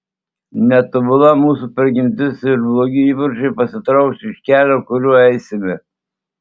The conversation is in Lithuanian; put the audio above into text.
netobula mūsų prigimtis ir blogi įpročiai pasitrauks iš kelio kuriuo eisime